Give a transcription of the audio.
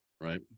right